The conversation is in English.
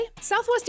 Southwest